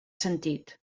sentit